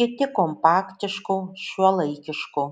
kiti kompaktiško šiuolaikiško